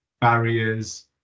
barriers